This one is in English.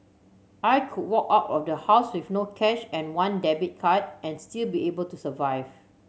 I could walk out of the house with no cash and one debit card and still be able to survive